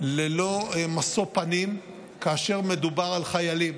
ללא משוא פנים כאשר מדובר על חיילים.